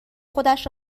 خودش